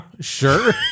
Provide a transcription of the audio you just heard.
sure